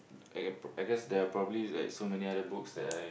I guess I guess there are probably like so many other books that I